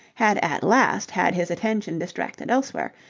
had at last had his attention distracted elsewhere,